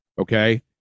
okay